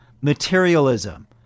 materialism